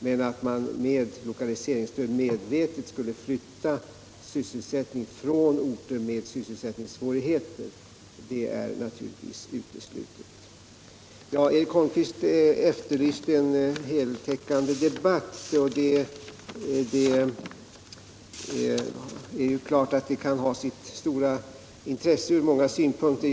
Men att man med lokaliseringsstöd medvetet skulle flytta sysselsättning från orter med sysselsättningssvårigheter är naturligtvis uteslutet. Eric Holmqvist efterlyste en heltäckande debatt. Det är klart att en sådan kunde ha sitt intresse från många synpunkter.